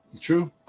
True